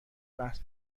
بحث